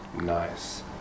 Nice